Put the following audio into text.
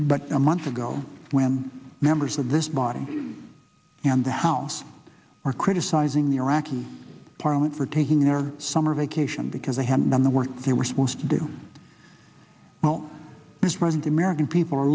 but a month ago when members of this body and the house are criticizing the iraqi parliament for taking their summer vacation because they haven't done the work they were supposed to do now is running the american people are